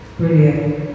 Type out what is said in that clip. Brilliant